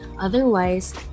Otherwise